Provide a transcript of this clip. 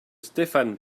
stéphane